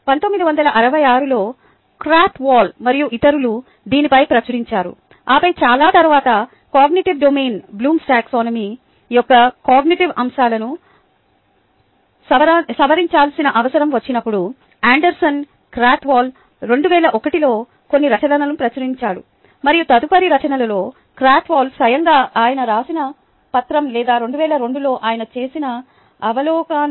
1964 లో Krathwohl మరియు ఇతరులు దీని పైన ప్రచురించారు ఆపై చాలా తరువాత కాగ్నిటివ్ డొమైన్లో బ్లూమ్స్ టాక్సానమీBloom's taxonomy యొక్క కాగ్నిటివ్ అంశాలను సవరించాల్సిన అవసరం వచ్చినప్పుడు అండర్సన్ క్రాత్ వోల్ 2001 లో కొన్ని రచనలను ప్రచురించాడు మరియు తదుపరి రచనలో క్రాత్వోల్ స్వయంగా ఆయన రాసిన పత్రం లేదా 2002 లో ఆయన చేసిన అవలోకనం